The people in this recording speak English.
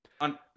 On